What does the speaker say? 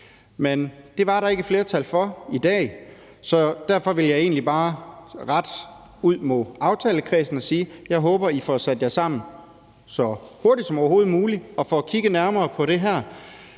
Men det var der ikke et flertal for i dag. Så derfor vil jeg egentlig bare rette mig mod aftalekredsen og sige: Jeg håber, at I får sat jer sammen så hurtigt som overhovedet muligt og får kigget nærmere på det her